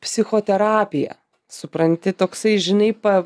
psichoterapij supranti toksai žinai pa